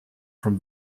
from